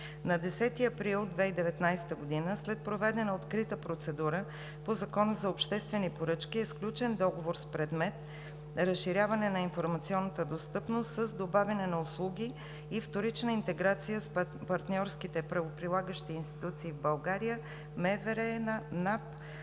На 10 април 2019 г., след проведена открита процедура по Закона за обществените поръчки, е сключен договор с предмет: „Разширяване на информационната достъпност с добавяне на услуги и вторична интеграция с партньорските правоприлагащи институции в България – МВР, НАП